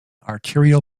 arterial